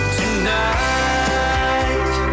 tonight